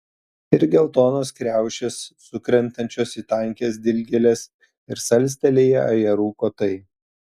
ir geltonos kriaušės sukrentančios į tankias dilgėles ir salstelėję ajerų kotai